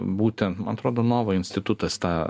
būtent man atrodo nova institutas tą